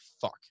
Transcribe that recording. fuck